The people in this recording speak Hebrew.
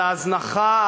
על ההזנחה,